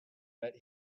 that